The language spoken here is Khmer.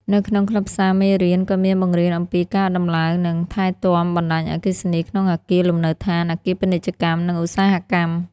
នៅក្នុងខ្លឹមសារមេរៀន ក៏មានបង្រៀនអំពីការតំឡើង និងថែទាំបណ្តាញអគ្គិសនីក្នុងអគារលំនៅឋាន អគារពាណិជ្ជកម្ម និងឧស្សាហកម្ម។